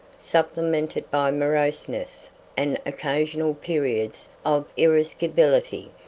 supplemented by moroseness and occasional periods of irascibility.